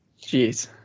Jeez